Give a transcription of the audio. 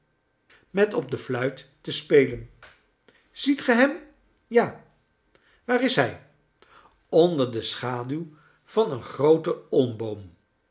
met op de fluit te spelen ziet ge hem ja waar is hij onder de schaduw van een grooten